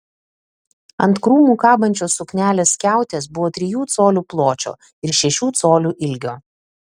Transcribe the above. ant krūmų kabančios suknelės skiautės buvo trijų colių pločio ir šešių colių ilgio